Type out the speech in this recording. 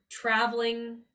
traveling